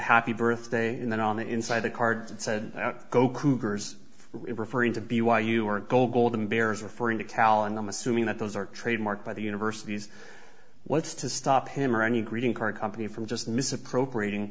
happy birthday and then on the inside the card that said go cougars referring to be why you are gold gold and bears referring to cal and i'm assuming that those are trademarked by the universities what's to stop him or any greeting card company from just misappropriating